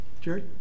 Jerry